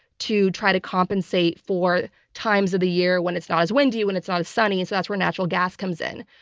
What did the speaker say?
to try to compensate for times of the year when it's not as windy, when it's not as sunny, so that's where natural gas comes in.